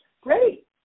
Great